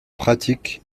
pratique